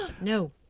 no